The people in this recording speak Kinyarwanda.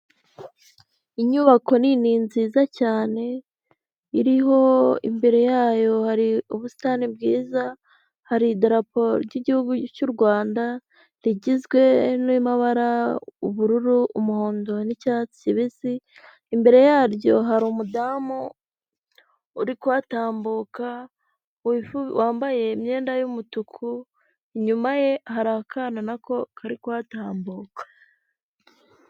Inyubako nini nziza cyane iriho imbere yayo hari ubusitani bwiza, hari idurapo ry'igihugu cy'u Rwanda rigizwe n'amabara ubururu, umuhondo n'icyatsi kibisi, imbere yaryo hari umudamu uri kuhatambuka, wambaye imyenda y'umutuku, inyuma ye hari akana nako kari kuhatambuka.